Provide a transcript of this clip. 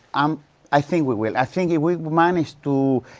um i think we will. i think if we manage to,